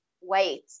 wait